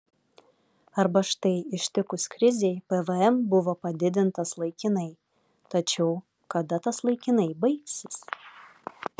arba štai ištikus krizei pvm buvo padidintas laikinai tačiau kada tas laikinai baigsis